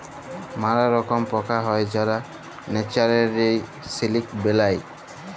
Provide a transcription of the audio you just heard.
ম্যালা রকম পকা হ্যয় যারা ল্যাচারেলি সিলিক বেলায়